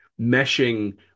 meshing